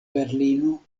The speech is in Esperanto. berlino